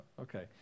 Okay